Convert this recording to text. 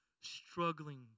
struggling